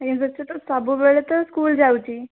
ଆଜ୍ଞା ସାର୍ ସେ ତ ସବୁବେଳେ ତ ସ୍କୁଲ୍ ଯାଉଛି